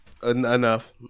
Enough